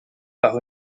par